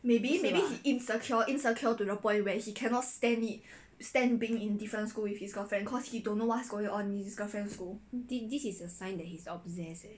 this is a sign that he is obsesses leh